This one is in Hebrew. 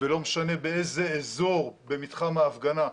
ולא משנה באיזה אזור במתחם ההפגנה,